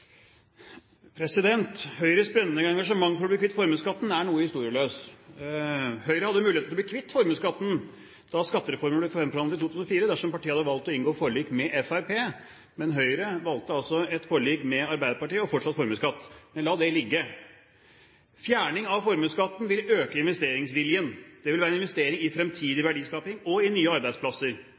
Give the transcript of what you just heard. noe historieløs. Høyre hadde muligheten til å bli kvitt formuesskatten da skattereformen ble fremforhandlet i 2004, dersom partiet hadde valgt å inngå forlik med Fremskrittspartiet. Men Høyre valgte altså et forlik med Arbeiderpartiet og fortsatt formuesskatt. Men la det ligge. Fjerning av formuesskatten vil øke investeringsviljen. Det vil være en investering i fremtidig verdiskaping og i nye arbeidsplasser.